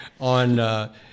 on